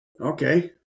Okay